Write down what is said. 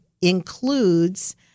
includes